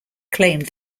claimed